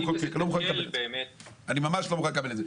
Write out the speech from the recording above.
אני לא מוכן לקבל את זה.